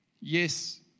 Yes